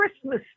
Christmas